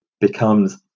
becomes